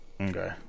Okay